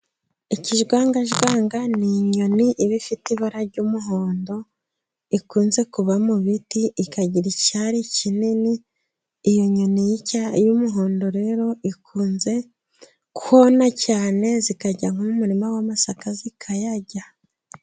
ikijwangajwanga ni inyoni iba ifite ibara ry'umuhondo ikunze kuba mu biti, ikagira icyari kinini. Iyo nyoni y'umuhondo rero ikunze kona cyane zikajya nko mu murima w'amasaka zikayarya.